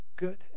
Good